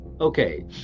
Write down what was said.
okay